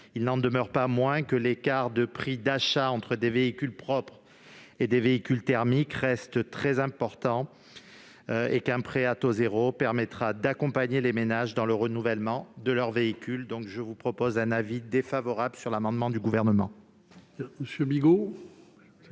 Il n'en demeure pas moins que l'écart de prix à l'acquisition entre des véhicules propres et des véhicules thermiques reste très important. Un prêt à taux zéro permettra d'accompagner les ménages dans le renouvellement de leur véhicule. La commission émet donc un avis défavorable sur l'amendement du Gouvernement.